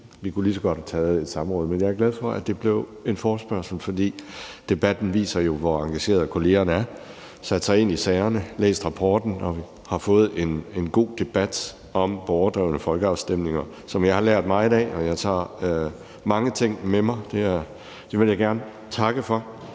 Vi kunne lige så godt have taget et samråd, men jeg er glad for, at det blev en forespørgselsdebat, for debatten viser jo, hvor engageret kollegerne er. De har sat sig ind i sagerne og læst rapporten, og vi har fået en god debat om borgerdrevne folkeafstemninger, som jeg har lært meget af. Jeg tager mange ting med mig. Det vil jeg gerne takke for.